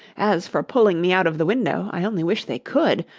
as for pulling me out of the window, i only wish they could!